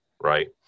right